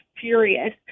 furious